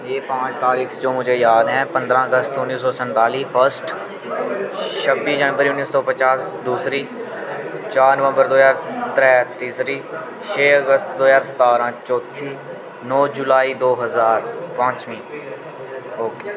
यह पांच तारीक्स जो मुझे याद है पंदरां अगस्त उन्नी सौ संताली फर्स्ट छब्बी जनबरी उन्नी सौ पचास दूसरी चार नवंबर दो ज्हार त्रै तीसरी छे अगस्त दी ज्हार सतारां चौथी नौ जुलाई दी हज़ार पांचमी ओके